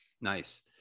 Nice